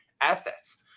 assets